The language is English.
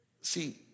See